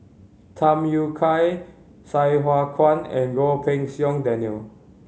Tham Yui Kai Sai Hua Kuan and Goh Pei Siong Daniel